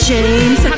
James